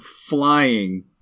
flying